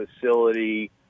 facility